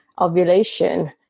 ovulation